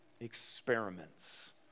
experiments